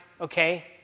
okay